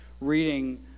reading